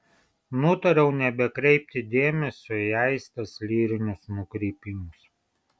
nutariau nebekreipti dėmesio į aistės lyrinius nukrypimus